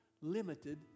limited